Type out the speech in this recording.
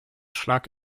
schlag